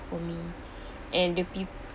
for me and the people